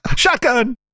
shotgun